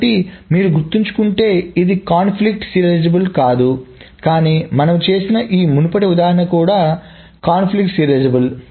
కాబట్టి మీరు గుర్తుంచుకుంటే ఇది కాన్ఫ్లిక్ట్ సీరియలైజబుల్ కాదు కానీ మనము చేసిన ఈ మునుపటి ఉదాహరణ కూడా కాన్ఫ్లిక్ట్ సీరియలైజబుల్